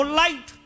light